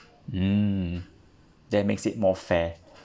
um that makes it more fair